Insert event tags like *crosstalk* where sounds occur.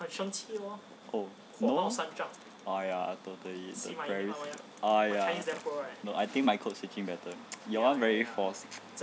oh ya totally err ya no I think my code switching better your one very forced *noise*